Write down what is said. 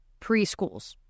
Preschools